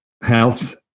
health